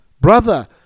Brother